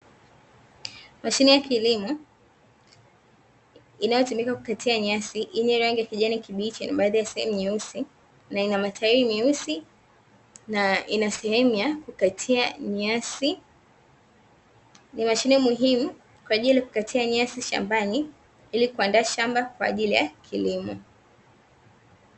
Mashine ya kilimo, inayotumika kukatia nyasi, yenye rangi ya kijani kibichi, na baadhi ya sehemu nyeusi, na ina matairi meusi na ina sehemu ya kukatia nyasi. Ni mashine muhimu kwa ajili ya kukatia nyasi shambani, ili kuandaa shamba kwa ajili ya kilimo.